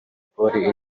polly